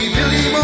Billy